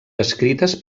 descrites